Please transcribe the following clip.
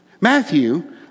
Matthew